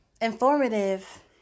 informative